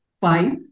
five